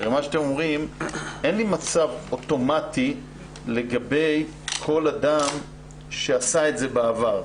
אתם אומרים שאין לי מצב אוטומטי לגבי כל אדם שעשה את זה בעבר,